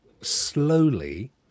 slowly